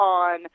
on